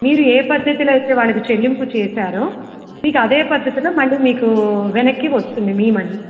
మీరు ఏ పద్ధతిలో అయితే వాళ్ళకి చెల్లింపు చేసారు మీకు అదే పద్ధతిలో మళ్ళీ మీకు వెనక్కి వస్తుంది మీ మనీ